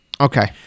Okay